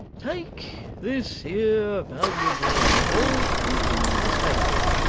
take this here valuable animal into the stable,